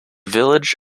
village